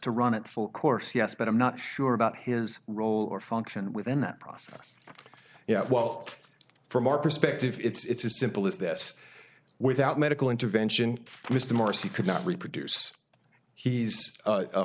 to run its full course yes but i'm not sure about his role or function within that process yeah well from our perspective it's a simple as this without medical intervention mr morsi could not reproduce he's